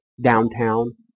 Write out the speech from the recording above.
downtown